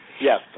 Yes